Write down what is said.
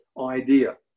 idea